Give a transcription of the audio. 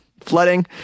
Flooding